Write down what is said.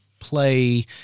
play